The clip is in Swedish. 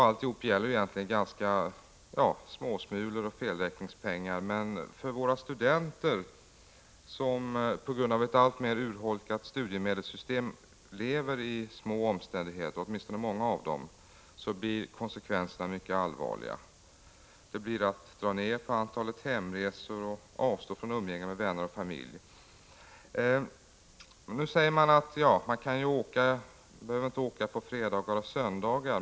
Alltihop gäller egentligen bara småsmulor och felräkningspengar. Men för våra studenter, som på grund av ett alltmer urholkat studiemedelssystem lever i små omständigheter — åtminstone många av dem — blir konsekvenser na mycket allvarliga. Det blir att dra ner på antalet hemresor och att avstå från umgänge med vänner och familj. Nu kan man invända att studenterna inte behöver resa på fredagar och söndagar.